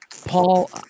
Paul